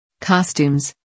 Costumes